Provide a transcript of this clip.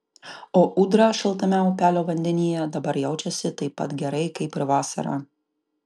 o ūdra šaltame upelio vandenyje dabar jaučiasi taip pat gerai kaip ir vasarą